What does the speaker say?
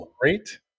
great